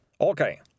Okay